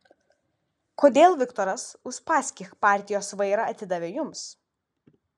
kodėl viktoras uspaskich partijos vairą atidavė jums